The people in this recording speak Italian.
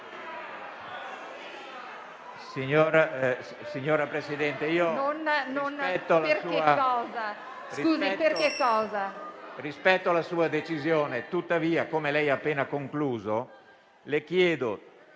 Signor Presidente, io rispetto la sua decisione. Tuttavia, come lei ha appena concluso, le chiedo